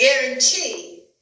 guarantee